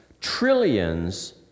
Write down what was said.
trillions